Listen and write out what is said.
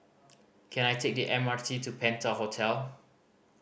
can I take the M R T to Penta Hotel